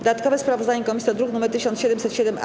Dodatkowe sprawozdanie komisji to druk nr 1707-A.